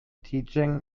teaching